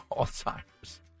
Alzheimer's